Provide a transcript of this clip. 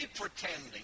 pretending